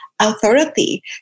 Authority